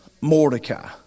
Mordecai